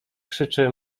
krzyczy